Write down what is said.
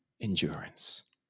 endurance